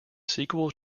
sequel